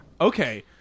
Okay